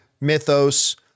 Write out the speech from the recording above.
mythos